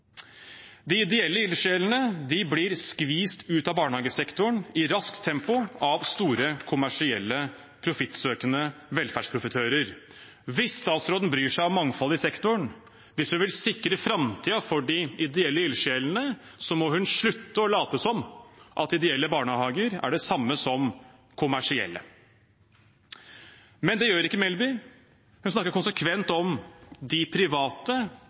De ideelle ildsjelene blir skvist ut av barnehagesektoren i raskt tempo av store kommersielle profittsøkende velferdsprofitører. Hvis statsråden bryr seg om mangfold i sektoren, hvis hun vil sikre framtiden for de ideelle ildsjelene, må hun slutte å late som at ideelle barnehager er det samme som kommersielle. Men det gjør ikke Melby, hun snakker konsekvent om «de private»,